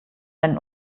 einen